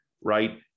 right